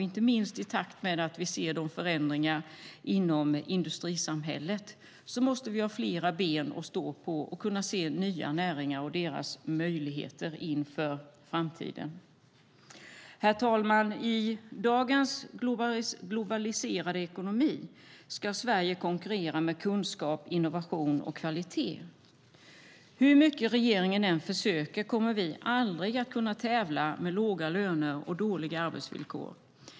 Inte minst i takt med att vi ser förändringar inom industrisamhället måste vi ha flera ben att stå på och kunna se nya näringar och deras möjligheter inför framtiden. Herr talman! I dagens globaliserade ekonomi ska Sverige konkurrera med kunskap, innovation och kvalitet. Hur mycket regeringen än försöker kommer vi aldrig att kunna tävla med låga löner och dåliga arbetsvillkor.